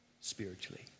spiritually